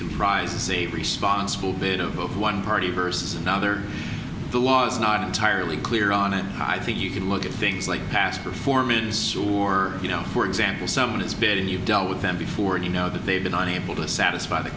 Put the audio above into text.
comprises a responsible bit of one party versus another the law is not entirely clear on it i think you can look at things like past performance or you know for example someone it's been you've dealt with them before you know that they've been unable to satisfy the